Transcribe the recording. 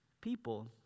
people